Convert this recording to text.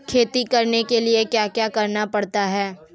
खेती करने के लिए क्या क्या करना पड़ता है?